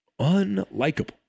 Unlikable